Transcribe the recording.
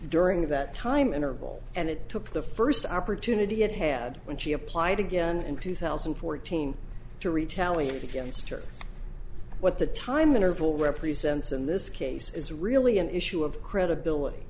during that time interval and it took the first opportunity it had when she applied again in two thousand and fourteen to retaliate against her what the time interval represents in this case is really an issue of credibility